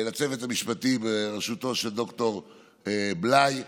לצוות המשפטי, בראשותו של ד"ר בליי.